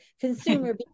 consumer